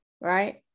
right